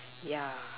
ya